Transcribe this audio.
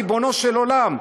ריבונו של עולם.